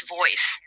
voice